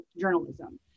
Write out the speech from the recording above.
journalism